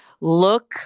look